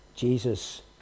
Jesus